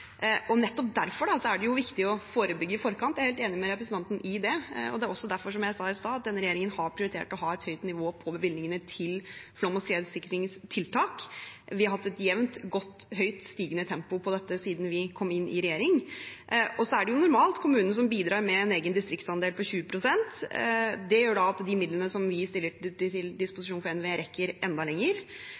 Nettopp derfor er det viktig å forebygge i forkant – jeg er helt enig med representanten i det. Det er også derfor, som jeg sa i sted, denne regjeringen har prioritert å ha et høyt nivå på bevilgningene til flom- og skredsikringstiltak. Vi har hatt et jevnt godt, høyt og stigende tempo på dette siden vi kom inn i regjering. Det er normalt kommunene som bidrar med en egen distriktsandel på 20 pst. Det gjør at de midlene vi stiller til disposisjon for NVE, rekker enda lenger,